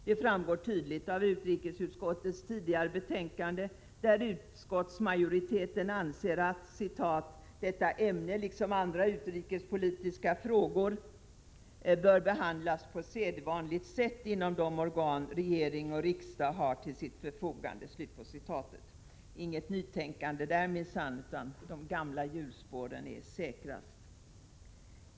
Det framgår tydligt av utrikesutskottets tidigare betänkande, där utskottsmajoriteten anser att ”detta ämne liksom andra utrikespolitiska frågor bör behandlas på sedvanligt sätt inom de organ regering och riksdag har till sitt förfogande”. Inget nytänkande där minsann — de gamla hjulspåren är säkrast!